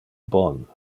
bon